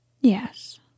Yes